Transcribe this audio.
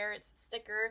sticker